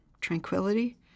tranquility